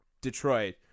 Detroit